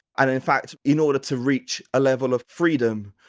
and in fact, in order to reach a level of freedom,